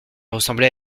ressemblait